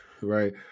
right